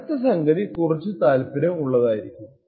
അടുത്ത സംഗതി കുറച്ചു താല്പര്യം ഉള്ളതായിരിക്കും